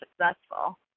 successful